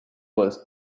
was